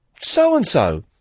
So-and-so